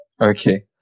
okay